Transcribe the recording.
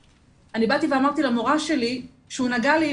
'כשבאתי ואמרתי למורה שלי שהוא נגע לי,